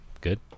Good